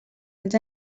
els